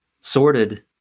sorted